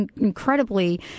incredibly